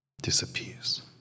disappears